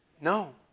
No